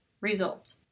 Result